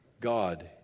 God